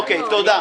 תודה.